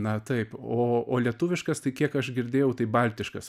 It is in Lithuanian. na taip o o lietuviškas tai kiek aš girdėjau tai baltiškas